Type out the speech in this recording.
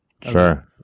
Sure